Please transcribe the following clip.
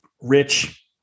Rich